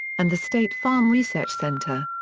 and the state farm research center.